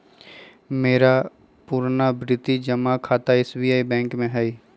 मेरा पुरनावृति जमा खता एस.बी.आई बैंक में हइ